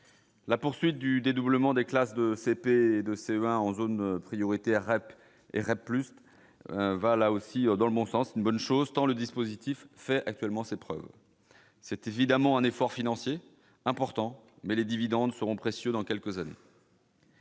La poursuite du dédoublement des classes de CP et de CE1 en zone prioritaire Rep et Rep plus va là aussi dans le bon sens est une bonne chose, tant le dispositif fait actuellement ses preuves, c'est évidemment un effort financier important, mais les dividendes seront précieux dans quelques années.